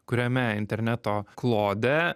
kuriame interneto klode